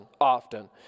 often